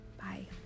bye